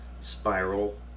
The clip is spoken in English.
Spiral